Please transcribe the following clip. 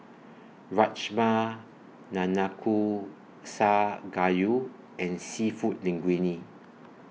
Rajma Nanakusa Gayu and Seafood Linguine